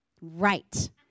Right